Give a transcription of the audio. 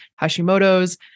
Hashimoto's